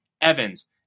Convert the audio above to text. Evans